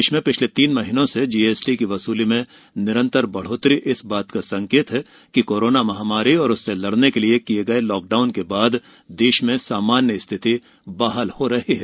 देश में पिछले तीन महीनों से जीएसटी की वसूली में निरंतर बढ़ोतरी इस बात का संकेत है कि कोरोना महामारी और उससे लड़ने के लिए किए गए लॉकडाउन के बाद देश में सामान्य स्थिति बहाल हो रही है